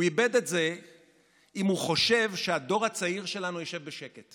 הוא איבד את זה אם הוא חושב שהדור הצעיר שלנו ישב בשקט.